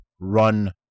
run